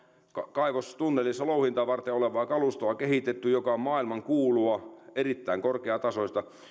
kaivostunnelissa louhintaa varten olevaa kalustoa joka on maailmankuulua erittäin korkeatasoista